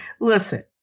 listen